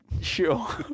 Sure